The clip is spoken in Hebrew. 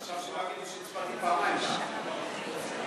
עכשיו שלא יגידו שהצבעתי פעמיים, תמה ההצבעה.